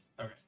Okay